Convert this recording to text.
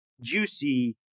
juicy